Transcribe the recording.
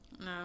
No